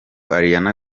ariana